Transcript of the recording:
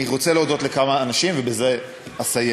אני רוצה להודות לכמה אנשים ובזה אסיים,